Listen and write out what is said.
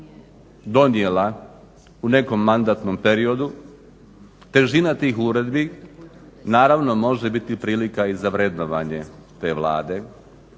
donijela u nekom mandatnom periodu, težina tih uredbi naravno može biti prilika i za vrednovanje te Vlade.